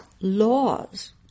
laws